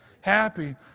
happy